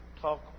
talk